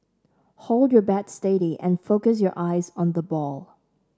hold your bat steady and focus your eyes on the ball